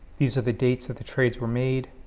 these are the dates that the trades were made